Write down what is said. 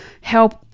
help